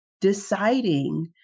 deciding